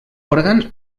òrgans